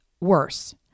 worse